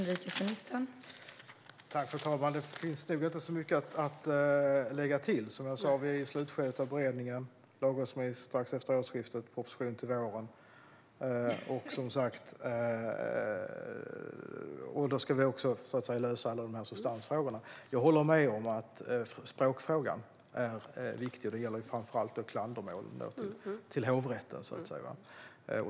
Fru talman! Det finns inte så mycket att tillägga. Vi är som sagt i slutskedet av beredningen, och det blir lagrådsremiss strax efter årsskiftet och proposition till våren. Då ska vi också lösa alla substansfrågor. Jag håller med om att språkfrågan är viktig, framför allt när det gäller klandermålen till Hovrätten.